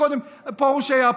קודם פרוש היה פה,